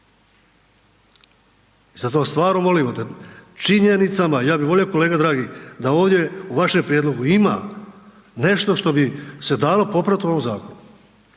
zato stvarno molimo da o činjenicama, ja bi volio kolega draga da ovdje u vašem prijedlogu ima nešto što bi se dalo popravit u ovom zakonu,